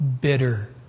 bitter